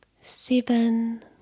seven